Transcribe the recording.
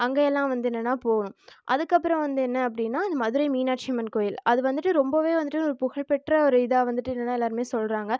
அங்கே எல்லாம் வந்து என்னென்னா போகணும் அதுக்கப்புறம் வந்து என்ன அப்படின்னா இது மதுரை மீனாட்சி அம்மன் கோயில் அது வந்துவிட்டு ரொம்பவே வந்துவிட்டு ஒரு புகழ்பெற்ற ஒரு இதா வந்துவிட்டு என்னென்னா எல்லாருமே சொல்லுறாங்க